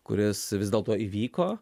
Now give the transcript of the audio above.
kuris vis dėlto įvyko